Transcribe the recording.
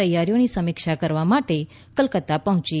તૈયારીઓની સમીક્ષા કરવા માટે કોલકતા પહોંચી